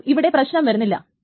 അപ്പോൾ ഇവിടെ പ്രശ്നം വരുന്നില്ല